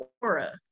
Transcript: Aura